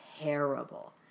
terrible